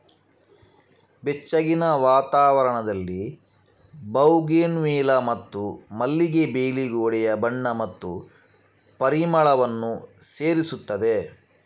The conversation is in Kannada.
ಬೆಚ್ಚಗಿನ ವಾತಾವರಣದಲ್ಲಿ ಬೌಗೆನ್ವಿಲ್ಲಾ ಮತ್ತು ಮಲ್ಲಿಗೆ ಬೇಲಿ ಗೋಡೆಗೆ ಬಣ್ಣ ಮತ್ತು ಪರಿಮಳವನ್ನು ಸೇರಿಸುತ್ತದೆ